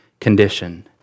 condition